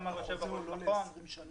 אמר היושב-ראש נכון,